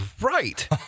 right